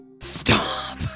Stop